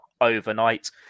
overnight